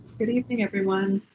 good evening everyone.